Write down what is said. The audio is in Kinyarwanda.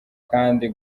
kandi